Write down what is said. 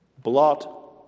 Blot